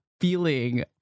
feeling